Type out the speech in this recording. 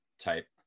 type